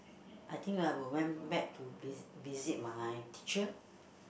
I think I will went back to visit visit my teacher